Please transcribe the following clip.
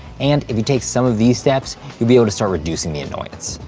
and, if you take some of these steps, you'll be able to start reducing the annoyance.